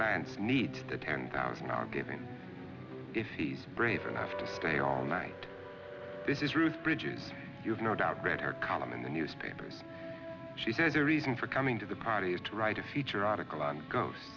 lance need ten thousand are giving if he's brave enough to stay all night this is ruth bridges you've no doubt read her column in the newspapers she said the reason for coming to the party is to write a feature article on ghost